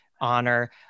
honor